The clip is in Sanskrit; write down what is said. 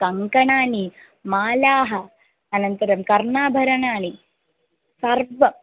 कङ्कणानि मालाः अनन्तरं कर्णाभरणानि सर्वं